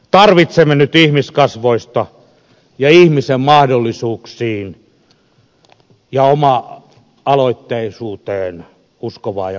tarvitsemme nyt ihmiskasvoista ja ihmisen mahdollisuuksiin ja oma aloitteisuuteen uskovaa ja kannustavaa politiikkaa